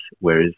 whereas